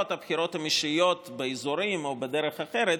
הבחירות הן אישיות באזורים או בדרך אחרת,